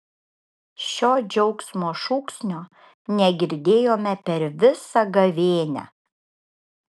šio džiaugsmo šūksnio negirdėjome per visą gavėnią